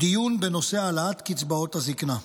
דיון בנושא העלאת קצבאות הזקנה.